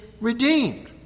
redeemed